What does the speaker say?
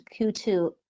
Q2